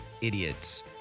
idiots